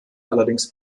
allerdings